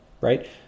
right